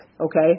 okay